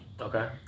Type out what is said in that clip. Okay